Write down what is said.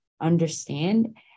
understand